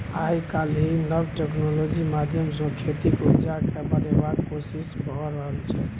आइ काल्हि नब टेक्नोलॉजी माध्यमसँ खेतीक उपजा केँ बढ़ेबाक कोशिश भए रहल छै